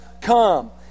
come